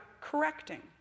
correcting